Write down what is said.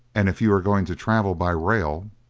and if you are going to travel by rail